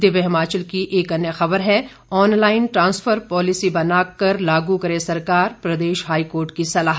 दिव्य हिमाचल की एक अन्य ख़बर है ऑनलाइन ट्रांसफर पॉलिसी बनाकर लागू करे सरकार प्रदेश हाईकोर्ट की सलाह